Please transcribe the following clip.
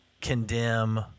condemn